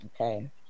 okay